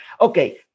okay